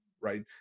right